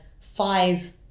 five